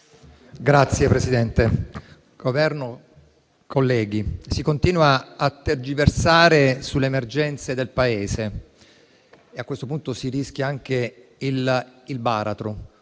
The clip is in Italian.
rappresentanti del Governo, colleghi, si continua a tergiversare sulle emergenze del Paese e, a questo punto, si rischia anche il baratro.